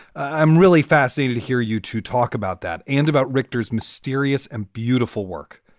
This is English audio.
i'm really fascinated to hear you to talk about that and about richter's mysterious and beautiful work.